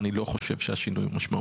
אבל אני לא חושב שהשינוי הוא משמעותי.